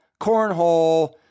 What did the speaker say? cornhole